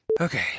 Okay